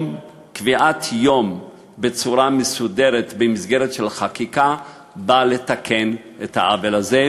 קביעת יום בצורה מסודרת במסגרת חקיקה באה לתקן את העוול הזה,